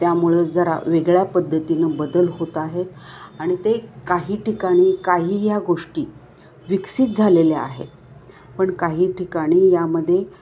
त्यामुळं जरा वेगळ्या पद्धतीनं बदल होत आहेत आणि ते काही ठिकाणी काही या गोष्टी विकसित झालेल्या आहेत पण काही ठिकाणी यामध्ये